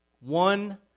One